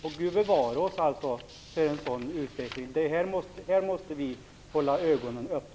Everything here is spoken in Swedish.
Gud bevare oss för en sådan utveckling! Det här måste vi hålla ögonen på.